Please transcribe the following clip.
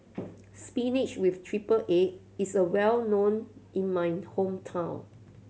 spinach with triple egg is a well known in my hometown